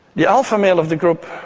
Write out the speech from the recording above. the alpha male of the group